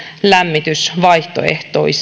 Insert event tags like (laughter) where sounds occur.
lämmitysvaihtoehtoihin (unintelligible)